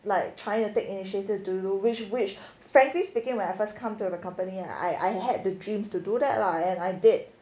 like trying to take initiative to do which which frankly speaking when I first come to the company and I i had the dreams to do that lah and I did